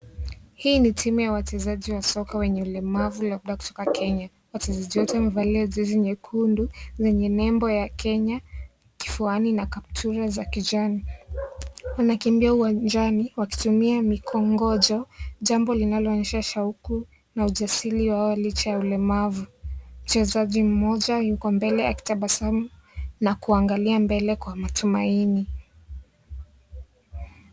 Hii ni timu ya wachezaji wa soka wenye ulemavu labda kutoka Kenya. Wachezaji wote wamevalia jezi nyekundu zenye nembo ya Kenya kifuani na kaptua za kijani. Wanakimbia uwanjani wakitumia mikongonjo, jambo linalonyesha shauku na ujasiri wao licha ulemavu. Mchezaji mmoja yuko mbele akitabasamu na kuangalia mbele kwa matumaini.